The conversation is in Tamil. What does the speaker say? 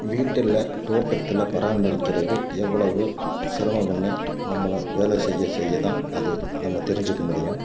வீட்டில் தோட்டத்தில் பராமரிக்கிறது எவ்வளவு சிரமம்முன்னு நம்மளும் வேலை செய்ய செய்ய தான் அது நம்ம தெரிஞ்சிக்க முடியும்